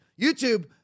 YouTube